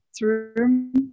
room